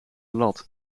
lat